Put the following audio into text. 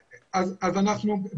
לדעתכם?